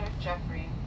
Jeffrey